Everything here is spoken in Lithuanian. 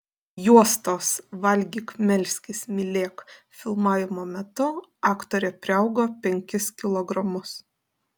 juostos valgyk melskis mylėk filmavimo metu aktorė priaugo penkis kilogramus